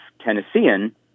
Tennessean